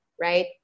right